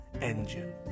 engine